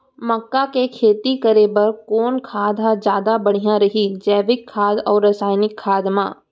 मक्का के खेती बर कोन खाद ह जादा बढ़िया रही, जैविक खाद अऊ रसायनिक खाद मा?